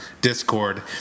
Discord